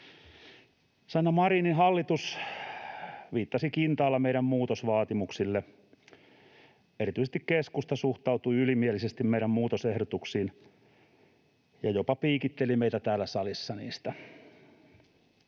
Sanna Marinin hallitus viittasi kintaalla meidän muutosvaatimuksillemme. Erityisesti keskusta suhtautui ylimielisesti meidän muutosehdotuksiimme ja jopa piikitteli meitä täällä salissa niistä.